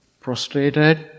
prostrated